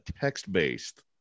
text-based